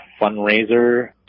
Fundraiser